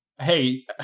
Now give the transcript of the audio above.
Hey